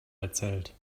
erzählt